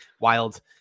Wild